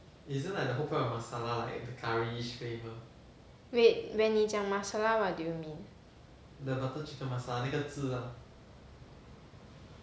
wait when 你讲 masala what do you mean